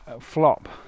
flop